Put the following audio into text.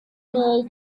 nôl